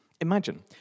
Imagine